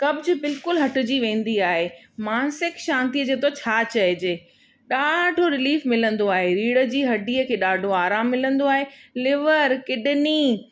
कब्ज़ बिल्कुलु हटिजी वेंदी आहे मानसिक शांतीअ जो त छा चइजे ॾाढो रिलीफ मिलंदो आहे रीढ़ जी हॾीअ खे ॾाढो आराम मिलंदो आहे लीवर किडनी